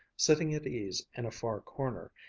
sitting at ease in a far corner,